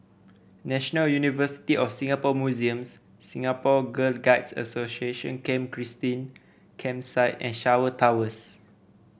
National University of Singapore Museums Singapore Girl Guides Association Camp Christine Campsite and Shaw Towers